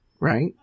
right